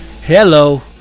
hello